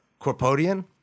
Corpodian